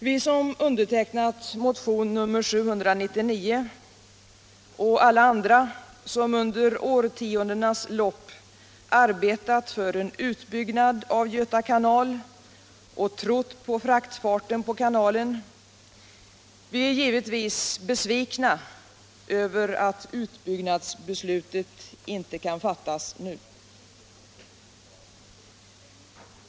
Vi som har undertecknat motionen 799, och alla andra som under årtiondenas lopp har arbetat för en utbyggnad av Göta kanal och trott på fraktfarten på kanalen, är givetvis besvikna över att utbyggnadsbeslut inte kan fattas nu.